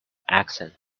accent